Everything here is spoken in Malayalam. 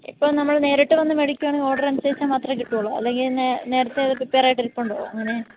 ഇപ്പോൾ നമ്മൾ നേരിട്ട് വന്നു മേടിക്കുകയാണെങ്കിൽ ഓർഡറനുസരിച്ചു മാത്രമേ കിട്ടുകയുള്ളൂ അല്ലെങ്കിൽ തന്നെ നേരത്തെ ഇത് പ്രിപ്പയറായിട്ടിരിപ്പുണ്ടോ അങ്ങനെ